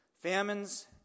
Famines